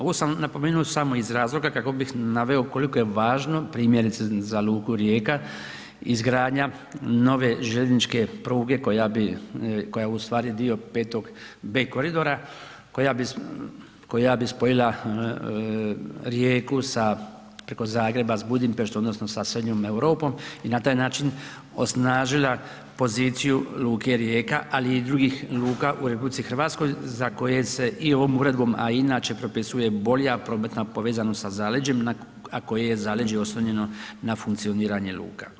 Ovo sam napomenuo samo iz razloga kako bi naveo koliko je važno primjerice za luku Rijeka izgradnja nove željezničke pruge koja je ustvari dio 5B koridora, koja bi spojila Rijeku preko Zagreba sa Budimpeštom odnosno sa srednjom Europom i na taj način osnažila poziciju luke Rijeka ali i drugih luka u RH za koje se i ovom uredbom a i inače propisuje bolja prometna povezanost sa zaleđem a koje je zaleđe oslonjeno na funkcioniranje luka.